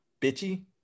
bitchy